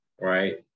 right